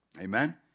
Amen